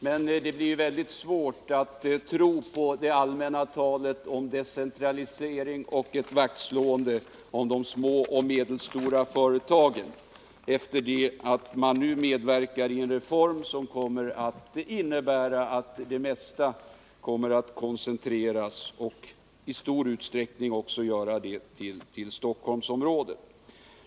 Men det blir mycket svårt att tro på det allmänna talet om en decentralisering och ett vaktslående om de små och medelstora företagen, sedan centerpartiet nu medverkat i en reform som kommer att innebära att det mesta koncentreras, i stor utsträckning till Stockholmsområdet.